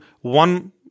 One